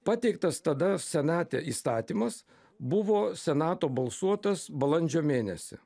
pateiktas tada senate įstatymas buvo senato balsuotas balandžio mėnesį